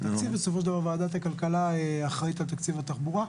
בסופו של דבר ועדת הכלכלה אחראית על תקציב התחבורה.